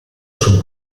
sul